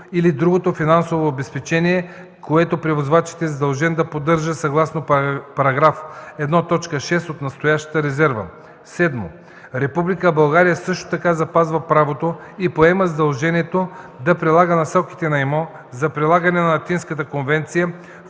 или другото финансово обезпечение, което превозвачът е задължен да поддържа съгласно § 1.6 от настоящата резерва. 7. Република България също така запазва правото и поема задължението да прилага Насоките на ИМО за прилагане на Атинската конвенция,